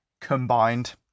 combined